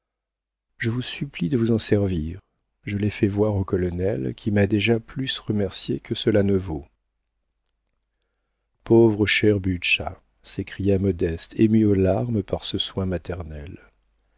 je vous supplie de vous en servir je l'ai fait voir au colonel qui m'a déjà plus remercié que cela ne vaut pauvre cher butscha s'écria modeste émue aux larmes par ce soin maternel